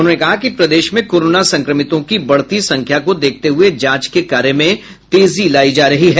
उन्होंने कहा कि प्रदेश में कोरोना संक्रमितों की बढ़ती संख्या को देखते हुये जांच के कार्यों में तेजी लायी जा रही है